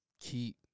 keep